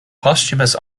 posthumous